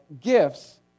gifts